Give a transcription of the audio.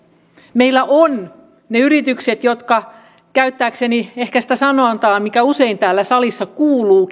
meillä on ne yritykset jotka käyttääkseni ehkä sitä sanontaa mikä usein täällä salissa kuuluu